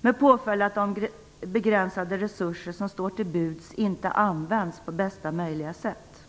med påföljd att de begränsade resurser om står till buds inte används på bästa möjliga sätt.